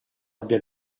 abbia